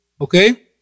okay